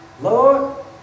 Lord